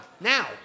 now